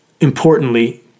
importantly